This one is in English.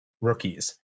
rookies